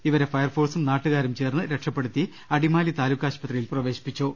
ഇവരെ ഫയർഫോ ഴ്സും നാട്ടുകാരും ചേർന്ന് രക്ഷപ്പെടുത്തി അടിമാലി താലൂക്കാശുപത്രിയിൽ പ്രവേശിപ്പിച്ചു